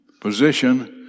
position